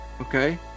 okay